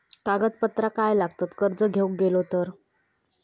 कागदपत्रा काय लागतत कर्ज घेऊक गेलो तर?